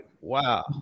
Wow